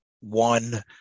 one